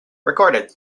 recorded